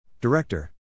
Director